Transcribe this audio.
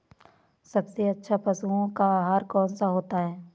सबसे अच्छा पशुओं का आहार कौन सा होता है?